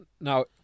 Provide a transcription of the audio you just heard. now